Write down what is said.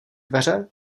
dveře